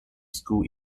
school